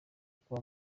kuba